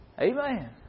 Amen